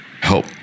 help